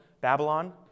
Babylon